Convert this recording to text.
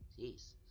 Jeez